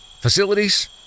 facilities